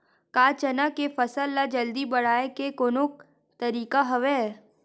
का चना के फसल ल जल्दी बढ़ाये के कोनो तरीका हवय?